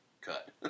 cut